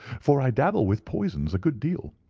for i dabble with poisons a good deal.